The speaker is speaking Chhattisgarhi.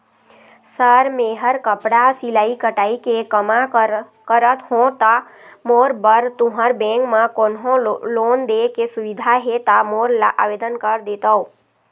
सर मेहर कपड़ा सिलाई कटाई के कमा करत हों ता मोर बर तुंहर बैंक म कोन्हों लोन दे के सुविधा हे ता मोर ला आवेदन कर देतव?